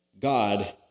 God